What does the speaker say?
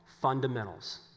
fundamentals